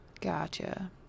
Gotcha